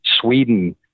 Sweden